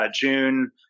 June